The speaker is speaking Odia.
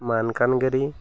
ମାଲକାନଗିରି